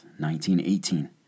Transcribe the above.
1918